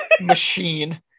machine